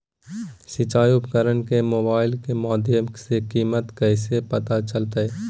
सिंचाई उपकरण के मोबाइल के माध्यम से कीमत कैसे पता चलतय?